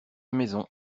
maison